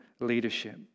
leadership